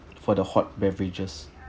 for the hot beverages